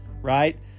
right